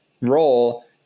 role